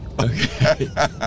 okay